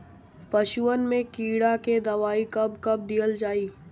पशुअन मैं कीड़ा के दवाई कब कब दिहल जाई?